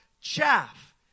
chaff